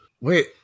Wait